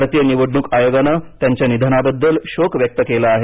भारतीय निवडणूक आयोगाने त्यांच्या निधनाबद्दल शोक व्यक्त केला आहे